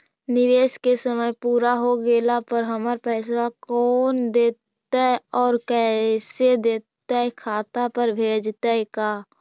निवेश के समय पुरा हो गेला पर हमर पैसबा कोन देतै और कैसे देतै खाता पर भेजतै का?